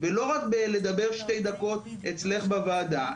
ולא רק בלדבר שתי דקות אצלך בוועדה,